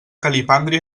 calipàndria